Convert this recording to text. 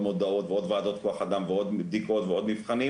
עוד מודעות ועוד ועדות כוח אדם ועוד בדיקות ומבחנים.